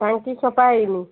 ଟାଙ୍କି ସଫା ହେଇନି